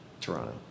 Toronto